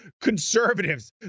conservatives